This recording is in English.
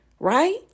Right